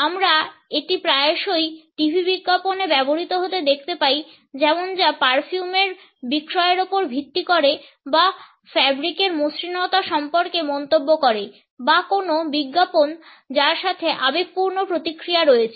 আমরা এটি প্রায়শই টিভি বিজ্ঞাপনে ব্যবহৃত দেখতে পাই যেমন যা পারফিউমের বিক্রয়ের উপর ভিত্তি করে বা ফ্যাব্রিকের মসৃণতা সম্পর্কে মন্তব্য করে বা কোনও বিজ্ঞাপন যার সাথে আবেগপূর্ণ প্রতিক্রিয়া রয়েছে